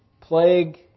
plague